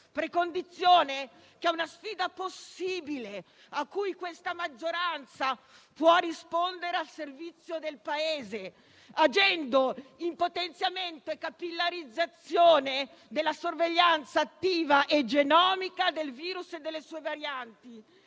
alla normalità, una sfida possibile a cui questa maggioranza può rispondere al servizio del Paese, agendo in potenziamento e capillarizzazione della sorveglianza attiva e genomica del virus e delle sue varianti,